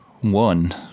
One